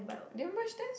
did you merge this